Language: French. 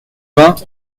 vingts